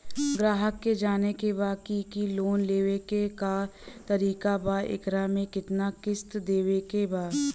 ग्राहक के जाने के बा की की लोन लेवे क का तरीका बा एकरा में कितना किस्त देवे के बा?